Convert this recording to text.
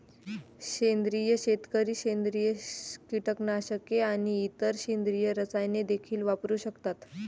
सेंद्रिय शेतकरी सेंद्रिय कीटकनाशके आणि इतर सेंद्रिय रसायने देखील वापरू शकतात